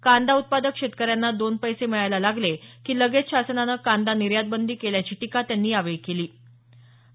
कांदा उत्पादक शेतकऱ्यांना दोन पैसे मिळायला लागले की लगेच शासनानं कांदा निर्यातबंदी केल्याची टीका त्यांनी यावेळी आपल्या भाषणात केली